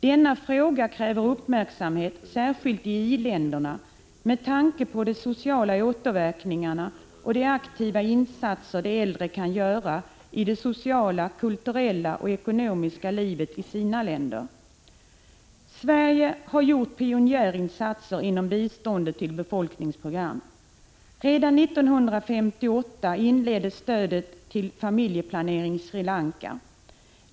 Denna fråga kräver uppmärksamhet särskilt i i-länderna, med tanke på de sociala återverkningarna och de aktiva insatser som de äldre kan göra i det sociala, kulturella och ekonomiska livet i sina länder. Sverige har gjort pionjärinsatser inom biståndet till befolkningsprogram. Redan 1958 inleddes stödet till familjeplaneringen i Sri Lanka.